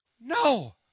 no